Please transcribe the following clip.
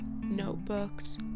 notebooks